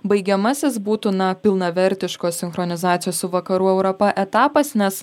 baigiamasis būtų na pilnavertiškos sinchronizacijos su vakarų europa etapas nes